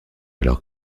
alors